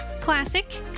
classic